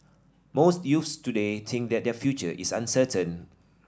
most youths today think that their future is uncertain